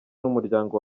n’umuryango